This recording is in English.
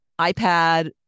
iPad